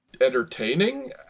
entertaining